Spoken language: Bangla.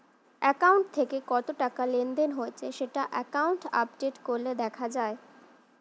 অ্যাকাউন্ট থেকে কত টাকা লেনদেন হয়েছে সেটা অ্যাকাউন্ট আপডেট করলে দেখা যায়